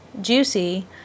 juicy